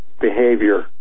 behavior